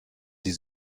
die